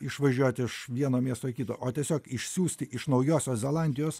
išvažiuot iš vieno miesto į kitą o tiesiog išsiųsti iš naujosios zelandijos